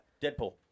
Deadpool